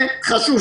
זה דבר חשוב.